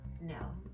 No